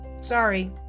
Sorry